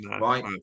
right